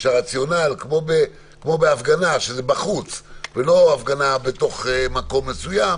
כמו בהפגנה שזה בחוץ ולא הפגנה בתוך מקום מסוים,